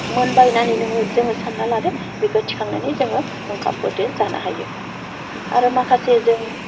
मोनबाय होननानै नोङो जोङो सानना लादो बेखौ थिखांनानै जोङो ओंखामफोरजों जानो हायो आरो माखासे जोंं